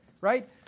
right